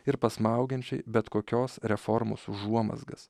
ir pasmaugiančiai bet kokios reformos užuomazgas